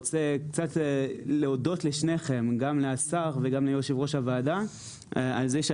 רוצה להודות לשר וליושב ראש הוועדה על כך